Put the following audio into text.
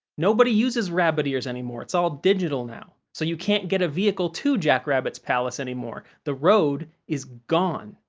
nobody uses rabbit ears anymore, it's all digital now, so you can't get a vehicle to jack rabbit's palace anymore. the road is gone.